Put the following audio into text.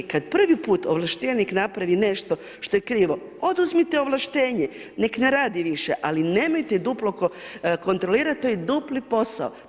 Kad prvi put ovlaštenik napravi nešto što je krivo, oduzmite ovlaštenje, nek' ne radi više ali nemojte duplo kontrolirati, to je dupli posao.